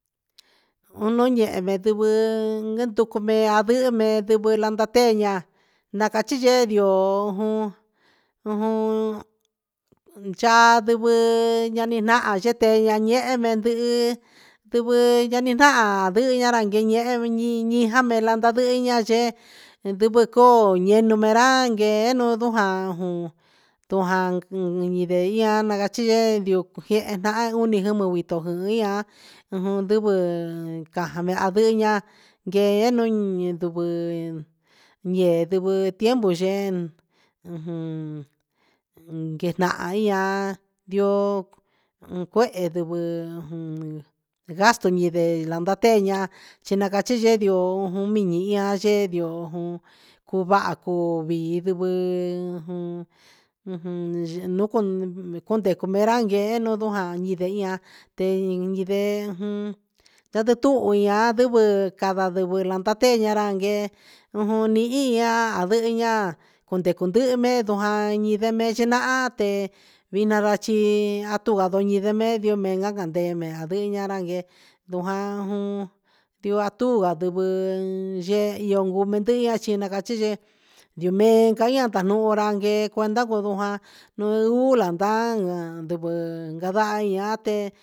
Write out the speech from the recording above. Uno yehe nda ndivɨ nanducu mee a ve mee ndivɨ landa te a nacachi yee ndioo jun ujun cha ndivɨ ani nahan yete a nehen meen ndihi ndivɨ a ni ndaha ndihi a ran guee iin iin jame landa ndihi a ndee ndivi coo enumee ra guee nuun ndujaan ndujaan indee jee na cachi yee ndioo jehe nahan uni jimi ito jian jun ndivɨ caja vehe ania guee un a ndivɨ ee ndivi tiempu yee ujun guenahan ian ndioo cuehe ndivɨ gastu ivɨ landa te nia chi na cachi yee ndioo jun nii ian yee ndioo cuu vaha cuu vaha cuvi ndivɨ un ndehe ra guee un ja ndiveia te i ndee andivɨ tava ve landa tee a ranguee ujun ni ian a vehe a cundecu ndihi me ndu jaa mee yenahan tee vina vachi a tuvi a remedio mena candee nia a via nanguee a iyo a tuva andivɨ yee cumandihi ti na cachi yee yimee ca ian un ran yee cuahan ndava rujan nuun landaa ndivɨ ndahva ia te.